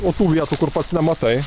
o tų vietų kur pats nematai